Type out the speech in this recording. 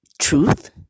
truth